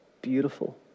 Beautiful